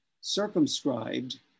circumscribed